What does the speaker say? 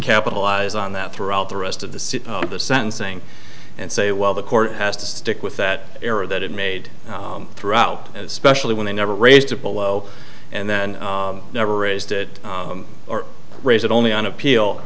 capitalize on that throughout the rest of the of the sentencing and say well the court has to stick with that error that it made throughout specially when they never raised to below and then never raised it or raise it only on appeal